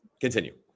Continue